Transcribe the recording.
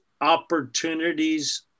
opportunities